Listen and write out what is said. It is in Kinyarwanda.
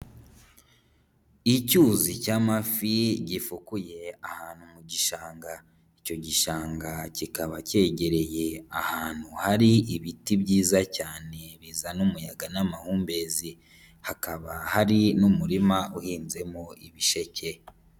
Icyuzi cy'amafi gifukuye ahantu mu gishanga, icyo gishanga kikaba cyegereye ahantu hari ibiti byiza cyane bizana umuyaga n'amahumbezi. Hakaba hari n'umurima uhinzemo ibisheke.